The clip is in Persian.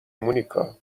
مونیکا